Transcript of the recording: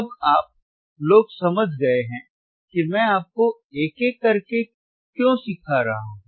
अब आप लोग समझ गए हैं कि मैं आपको एक एक करके क्यों सिखा रहा हूँ